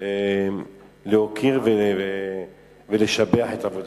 להוקיר ולשבח את עבודתו.